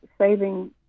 saving